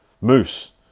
Moose